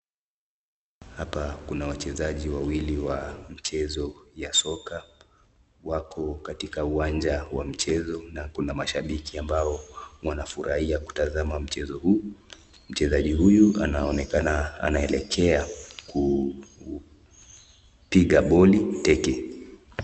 Hapa kuna wachezaji wawili wa mchezo ya soka .Wako katika uwanja wa soka na kuna mashabiki ambao wanafurahia kutazama mchezo huu. Mchezaji huyu anaonekana anaelekea kupiga boli teke.